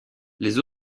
les